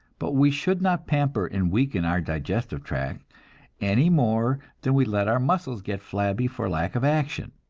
but we should not pamper and weaken our digestive tract any more than we let our muscles get flabby for lack of action.